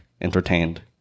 entertained